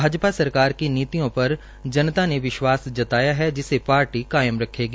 भाजपा सरकार की नीतियों पर जनता ने विश्वास जताया है जिसे पार्टी कायम रखेगी